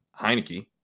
Heineke